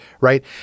right